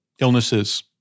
illnesses